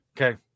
Okay